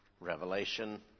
Revelation